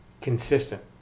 consistent